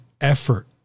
effort